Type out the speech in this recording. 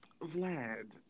Vlad